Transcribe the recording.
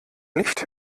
nicht